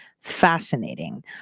fascinating